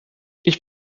ich